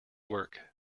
work